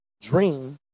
dream